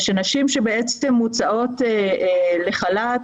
נשים שמוצאות לחל"ת,